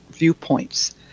viewpoints